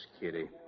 Kitty